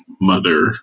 mother